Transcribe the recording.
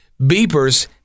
beepers